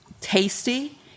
tasty